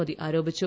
മോദി ആരോപിച്ചു